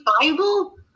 Bible